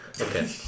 Okay